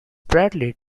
bradley